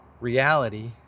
reality